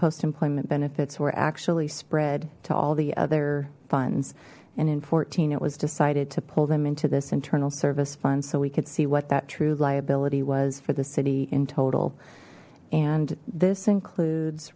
post employment benefits were actually spread to all the other funds and in fourteen it was decided to pull them into this internal service fund so we could see what that true liability was for the city in total and this includes